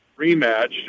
rematch